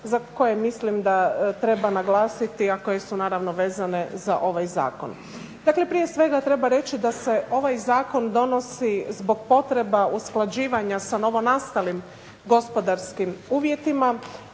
za koje mislim da treba naglasiti, a koje su naravno vezane za ovaj Zakon. Dakle, prije svega treba reći da se ovaj Zakon donosi zbog potreba usklađivanja sa novonastalim gospodarskim uvjetima,